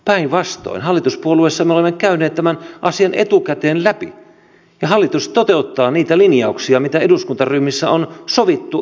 päinvastoin hallituspuolueessa me olemme käyneet tämän asian etukäteen läpi ja hallitus toteuttaa niitä linjauksia mitä eduskuntaryhmissä on sovittu ja päätetty